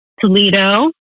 Toledo